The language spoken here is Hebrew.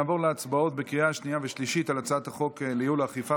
נעבור להצבעות בקריאה שנייה ושלישית על הצעת החוק לייעול האכיפה